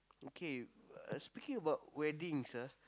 okay uh speaking about weddings ah